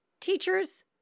Teachers